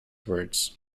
words